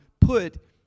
put